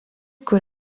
kur